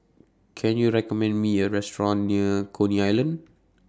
Can YOU recommend Me A Restaurant near Coney Island